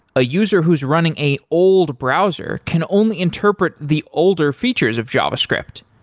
a user who's running a old browser can only interpret the older features of javascript.